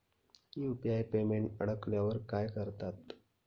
UPI payment अडकल्यावर काय करतात?